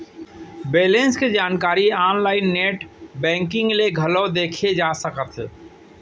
balance के जानकारी online net banking ले घलौ देखे जा सकत हे